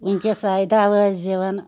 وُنکٮ۪س آیہِ دوا ٲسۍ دِوان